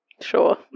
Sure